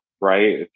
right